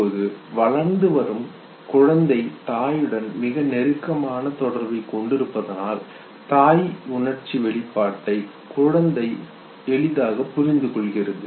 இப்போது வளர்ந்து வரும் குழந்தை தாயுடன் மிக நெருக்கமான தொடர்பைக் கொண்டிருப்பதால் தாயின் உணர்ச்சி வெளிப்பாட்டை குழந்தை புரிந்துகொள்கிறது